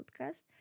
podcast